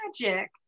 magic